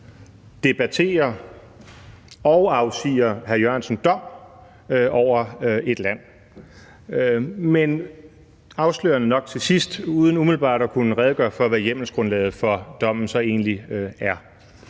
debatterer og afsiger hr. Jan E. Jørgensen dom over et land, men afslørende nok til sidst uden umiddelbart at kunne redegøre for, hvad hjemmelsgrundlaget for dommen så egentlig er.